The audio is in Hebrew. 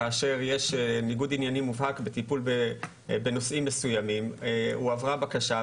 כאשר יש ניגוד עניינים מובהק בטיפול בנושאים מסוימים הועברה בקשה,